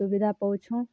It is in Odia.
ସୁବିଧା ପାଉଛୁଁ